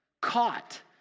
caught